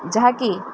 ଯାହାକି